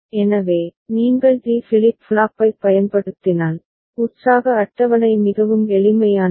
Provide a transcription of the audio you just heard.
எனவே நீங்கள் D flip ஃப்ளாப்பைப் பயன்படுத்தினால் உற்சாக அட்டவணை மிகவும் எளிமையானது